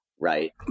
right